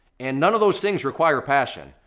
and none of those things require passion.